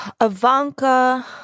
Ivanka